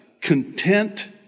content